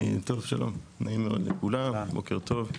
בוקר טוב.